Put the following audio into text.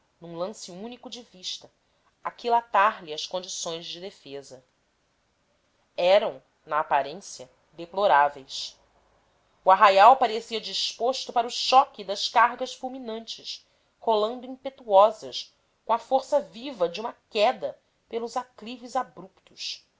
num lance único de vista aquilatar lhe as condições de defesa eram na aparência deploráveis o arraial parecia disposto para o choque das cargas fulminantes rolando impetuosas com a força viva de uma queda pelos aclives abruptos